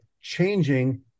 changing